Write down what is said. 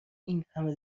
اینهمه